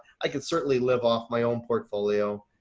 i can certainly live-off my own portfolio.